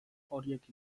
horiek